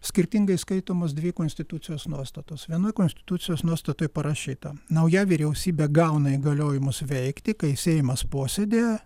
skirtingai skaitomos dvi konstitucijos nuostatos viena konstitucijos nuostatoj parašyta nauja vyriausybė gauna įgaliojimus veikti kai seimas posėdyje